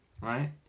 right